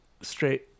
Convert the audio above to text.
straight